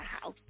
house